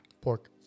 pork